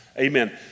Amen